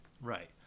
Right